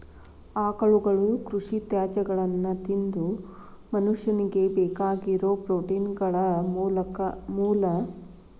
ಆಕಳುಗಳು ಕೃಷಿ ತ್ಯಾಜ್ಯಗಳನ್ನ ತಿಂದು ಮನುಷ್ಯನಿಗೆ ಬೇಕಾಗಿರೋ ಪ್ರೋಟೇನ್ಗಳ ಮೂಲ ಹಾಲು ಮತ್ತ ಹಾಲಿನ ಉತ್ಪನ್ನಗಳನ್ನು ಒದಗಿಸ್ತಾವ